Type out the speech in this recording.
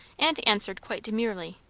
and answered quite demurely,